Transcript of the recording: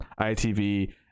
ITV